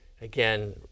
again